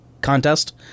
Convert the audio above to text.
contest